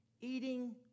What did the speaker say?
Eating